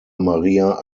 maria